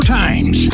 times